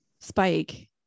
spike